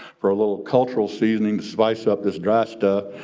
for a little cultural seasoning to spice up this dry stuff,